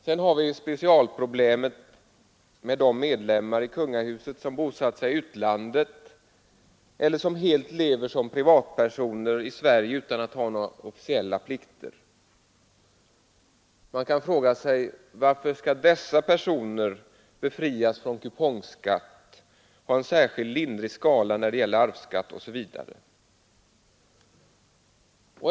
Sedan har vi specialproblemet med de medlemmar av kungahuset som bosatt sig i utlandet eller som helt lever som privatpersoner i Sverige utan att ha några officiella plikter. Varför skall dessa personer befrias från kupongskatt, ha en särskilt lindrig skala när det gäller arvsskatt osv.?